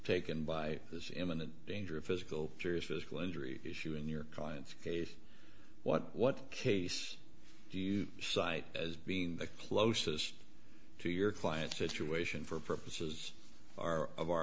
taken by this imminent danger of physical serious physical injury issue in your client's case what what case do you cite as being the closest to your client's situation for purposes are of our